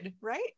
right